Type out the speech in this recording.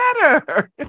better